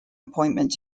appointment